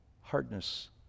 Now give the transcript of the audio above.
Hardness